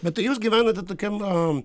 bet tai jūs gyvenate tokiam